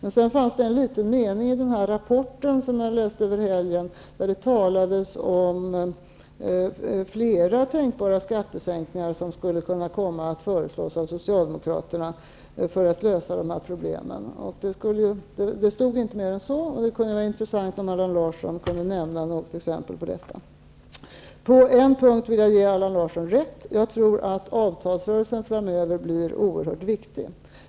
I rapporten som jag läste över helgen fanns det en liten mening där det talades om flera tänkbara skattesänkningar som skulle kunna komma att föreslås av Socialdemokraterna för att lösa problemen. Det stod inte mer än så, och det skulle vara intressant om Allan Larsson kunde nämna något exempel på sådana skattesänkningar. På en punkt vill jag ge Allan Larsson rätt. Jag tror att avtalsrörelsen framöver blir oerhört viktig.